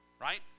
right